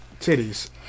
Titties